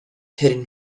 hidden